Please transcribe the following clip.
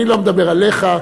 אני לא מדבר עליך,